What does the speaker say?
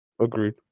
Agreed